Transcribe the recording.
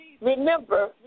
Remember